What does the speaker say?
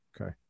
Okay